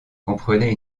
comprenait